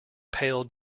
pale